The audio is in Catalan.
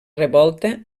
revolta